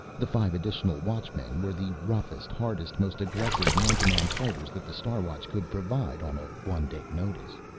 the five additional watchmen were the roughest, hardiest, most aggressive man-to-man fighters that the star watch could provide on a one-day notice.